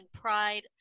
Pride